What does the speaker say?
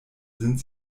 sind